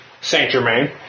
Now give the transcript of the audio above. Saint-Germain